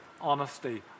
honesty